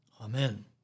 Amen